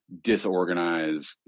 disorganized